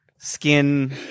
Skin